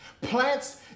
plants